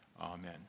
Amen